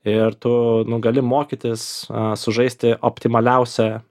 ir tu nu gali mokytis sužaisti optimaliausią